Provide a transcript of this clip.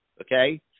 okay